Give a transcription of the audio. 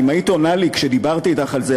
אם היית עונה לי כשדיברתי אתך על זה,